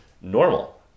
normal